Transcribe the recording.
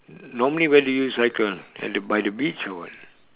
normally where do you cycle at the by the beach or what